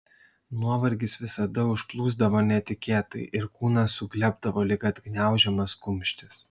nuovargis visada užplūsdavo netikėtai ir kūnas suglebdavo lyg atgniaužiamas kumštis